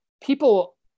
people